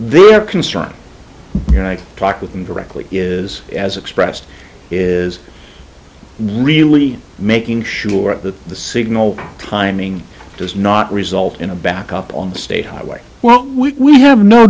r concern and i talked with them directly is as expressed is really making sure that the signal timing does not result in a back up on the state highway well we have no